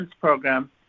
program